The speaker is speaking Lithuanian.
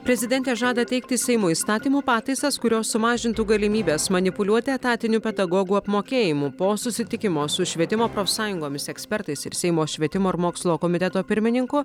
prezidentė žada teikti seimui įstatymų pataisas kurios sumažintų galimybes manipuliuoti etatiniu pedagogų apmokėjimu po susitikimo su švietimo profsąjungomis ekspertais ir seimo švietimo ir mokslo komiteto pirmininku